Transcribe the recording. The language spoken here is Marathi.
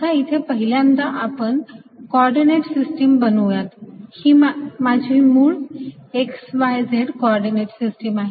आता इथे पहिल्यांदा आपण कॉर्डीनेट सिस्टीम बनवूयात ही माझी मूळ x y z coordinate system आहे